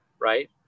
Right